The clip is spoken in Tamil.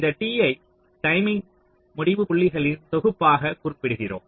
இந்த T ஐ டைமிங் முடிவுப்புள்ளிகளின் தொகுப்பாகக் குறிப்பிடுகிறோம்